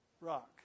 rock